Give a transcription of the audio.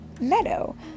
meadow